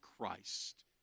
Christ